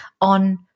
on